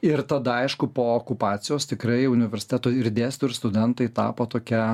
ir tada aišku po okupacijos tikrai universiteto ir dėstytojai ir studentai tapo tokia